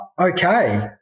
okay